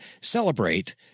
celebrate